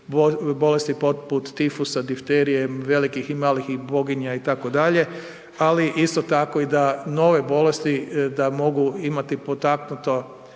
bolesti poput tifusa, difterije, velikih i malih boginja, itd., ali isto tako i da nove bolesti da mogu imati potaknuto